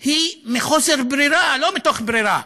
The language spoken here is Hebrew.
הוא מחוסר ברירה, לא מתוך ברירה.